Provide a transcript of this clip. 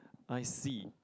I see